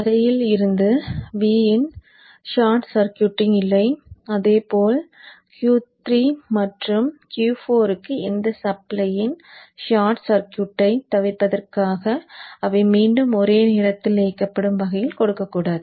தரையில் இருந்து V இன் ஷார்ட் சர்க்யூட்டிங் இல்லை அதேபோல Q3 மற்றும் Q4 க்கு இந்த சப்ளை வின் ஷார்ட் சர்க்யூட்டைத் தவிர்ப்பதற்காக அவை மீண்டும் ஒரே நேரத்தில் இயக்கப்படும் வகையில் கொடுக்கக்கூடாது